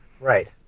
right